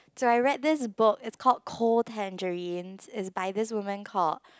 so I read this book is called Cold Tangerines is by this woman called